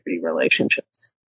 relationships